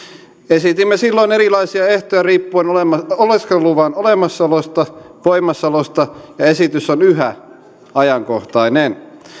esitimme silloin erilaisia ehtoja riippuen oleskeluluvan olemassaolosta voimassaolosta ja esitys on yhä ajankohtainen